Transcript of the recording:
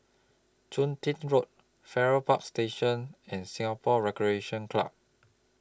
Chun Tin Road Farrer Park Station and Singapore Recreation Club